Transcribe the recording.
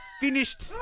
finished